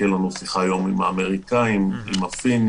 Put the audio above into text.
תהיה לנו היום שיחה עם האמריקנים, עם הפינים.